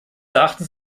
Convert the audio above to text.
erachtens